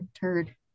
turd